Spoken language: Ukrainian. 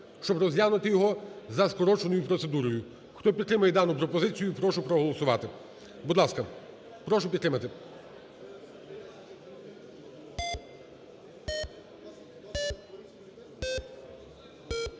щоб розглянути його за скороченою процедурою. Хто підтримує дану пропозицію, прошу проголосувати. Будь ласка, прошу підтримати.